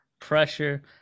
pressure